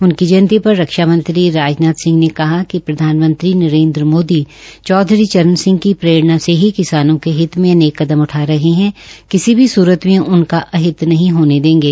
उनकी जयंती पर रक्षामंत्री राजनाथ सिंह ने कहा है कि प्रधानमंत्री नरेन्द्र मोदी चौधरी चरण सिंह की प्रेरणा से ही किसानों के हित में अनेक कदम उठा रहे हैं और किसी भी सूरत में उनका अहित नहीं होने देंगे